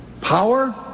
Power